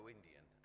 Indian